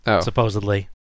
supposedly